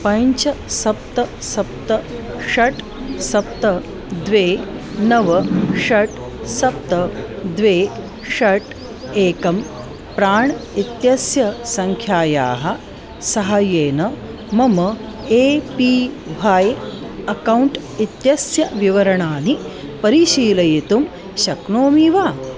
पञ्च सप्त सप्त षट् सप्त द्वे नव षट् सप्त द्वे षट् एकं प्राण् इत्यस्य सङ्ख्यायाः सहाय्येन मम ए पी ह्वाय् अकौण्ट् इत्यस्य विवरणानि परिशीलयितुं शक्नोमि वा